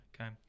Okay